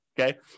okay